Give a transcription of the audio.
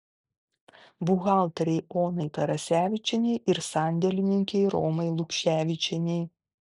buhalterei onai tarasevičienei ir sandėlininkei romai lukševičienei